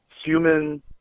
Human